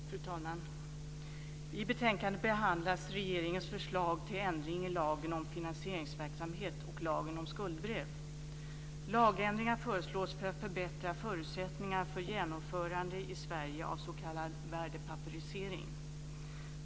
Fru talman! I betänkandet behandlas regeringens förslag till ändring i lagen om finansieringsverksamhet och lagen om skuldbrev. Lagändringar föreslås för att förbättra förutsättningarna för genomförande i Sverige av s.k. värdepapperisering.